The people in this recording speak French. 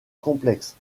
complexe